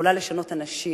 יכולה לשנות אנשים,